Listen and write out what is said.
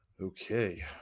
Okay